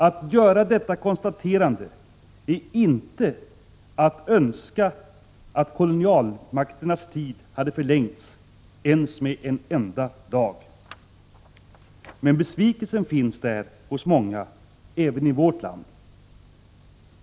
Att göra detta konstaterande är inte att önska att kolonialtiden hade förlängts, ens med en enda dag. Men besvikelsen finns där hos många, även i vårt land.